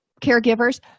caregivers